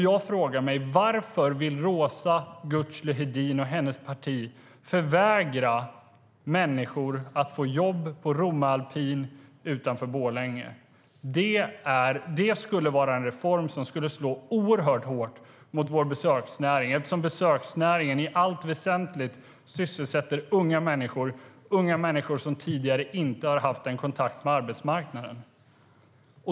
Jag frågar mig: Varför vill Roza Güclü Hedin och hennes parti förvägra människor att få jobb på Romme Alpin utanför Borlänge? Det skulle vara en reform som skulle slå oerhört hårt mot vår besöksnäring eftersom den i allt väsentligt sysselsätter unga människor - människor som inte tidigare haft en kontakt med arbetsmarknaden.